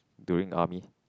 during the army